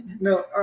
No